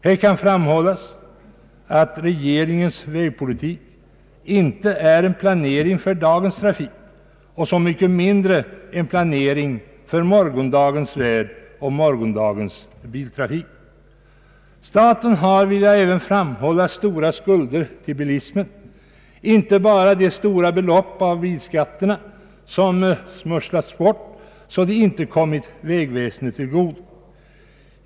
Här kan framhållas att regeringens vägpolitik inte är en planering för dagens trafik, och än mindre en planering för morgondagens väg och morgondagens biltrafik. Staten har, vill jag även framhålla, stora skulder till bilismen. Det gäller inte bara de stora belopp av bilskatterna som smusslas bort så att de inte kommer vägväsendet till godo.